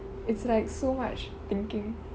it's like so much thinking